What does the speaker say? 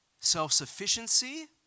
self-sufficiency